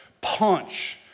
punch